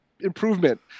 improvement